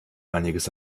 einiges